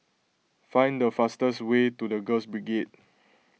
find the fastest way to the Girls Brigade